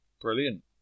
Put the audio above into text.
Brilliant